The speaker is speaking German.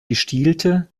gestielte